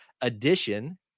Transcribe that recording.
addition